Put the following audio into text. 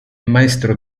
maestro